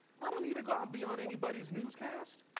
i don't need to go out and be on anybody's newscast.